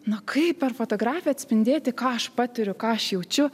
na kaip per fotografiją atspindėti ką aš patiriu ką aš jaučiu